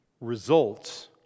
results